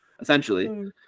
essentially